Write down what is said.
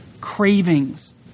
cravings